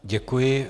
Děkuji.